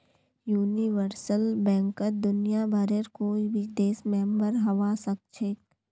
universal बैंकत दुनियाभरेर कोई भी देश मेंबर हबा सखछेख